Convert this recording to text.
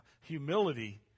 humility